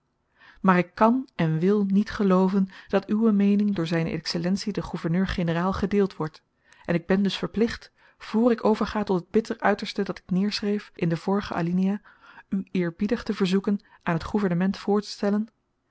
maar ik kan en wil niet gelooven dat uwe meening door zyne excellentie den gouverneur-generaal gedeeld wordt en ik ben dus verplicht vr ik overga tot het bitter uiterste dat ik neerschreef in de vorige alinea u eerbiedig te verzoeken aan het gouvernement voortestellen